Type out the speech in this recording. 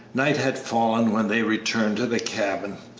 night had fallen when they returned to the cabin.